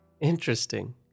Interesting